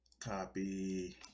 Copy